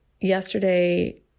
Yesterday